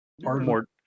more